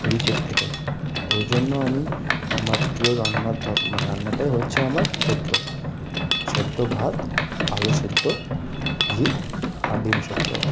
রিচের থেকে ওই জন্য আমি আমার প্রিয় রান্নার রান্নাটাই হচ্ছে আমার সেদ্ধ সেদ্ধ ভাত আলু সেদ্ধ ঘি আর ডিম সেদ্ধ